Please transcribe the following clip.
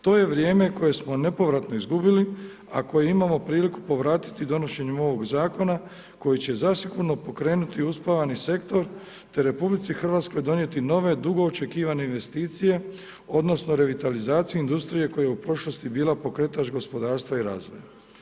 To je vrijeme koje smo nepovratno izgubili, a koje imamo priliku povratiti donošenjem ovog zakona koji će zasigurno pokrenuti uspavani sektor te RH donijeti nove, dugo očekivane investicije, odnosno revitalizaciju industrije koja je u prošlosti bila pokretač gospodarstva i razvoja.